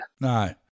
No